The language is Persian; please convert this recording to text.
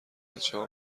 بچهها